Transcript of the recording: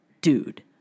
dude